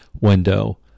window